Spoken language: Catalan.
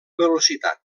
velocitat